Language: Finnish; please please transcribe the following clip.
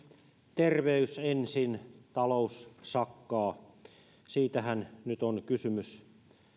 terveys ensin talous sakkaa siitähän nyt on kysymys